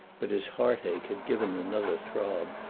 but his heartache had given another throb,